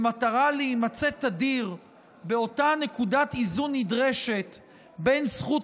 במטרה להימצא תדיר באותה נקודת איזון נדרשת בין זכות